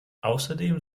außerdem